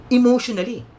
emotionally